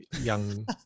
young